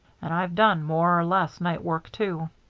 and i've done more or less night work, too.